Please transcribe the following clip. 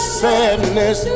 sadness